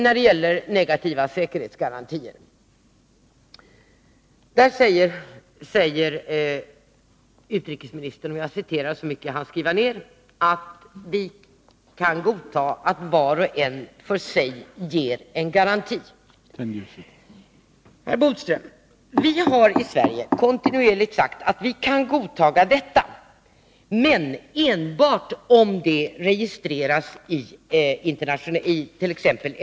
När det gäller negativa säkerhetsgarantier säger utrikesministern: Vi kan godta att var och en för sig ger en garanti. Herr Bodström! Vi har i Sverige kontinuerligt sagt att vi kan godta detta, men enbart om det registrerasit.ex.